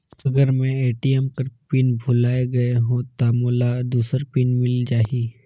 अगर मैं ए.टी.एम कर पिन भुलाये गये हो ता मोला दूसर पिन मिल जाही?